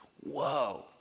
Whoa